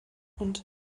und